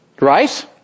right